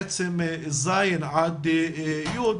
של ז'-י'